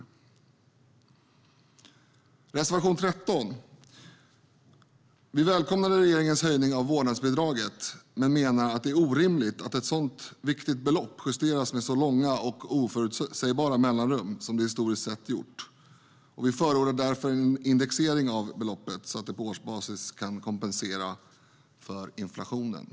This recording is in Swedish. Vad gäller reservation 13 välkomnar vi regeringens höjning av vårdnadsbidraget, men vi menar att det är orimligt att ett sådant viktigt belopp justeras med så långa och oförutsägbara mellanrum som det historiskt sett varit. Vi förordar därför en indexering av beloppet så att det på årsbasis kan kompensera för inflationen.